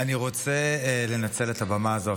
אני רוצה לנצל את הבמה הזו,